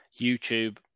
YouTube